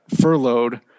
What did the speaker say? furloughed